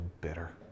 bitter